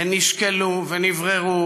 הן נשקלו ונבררו,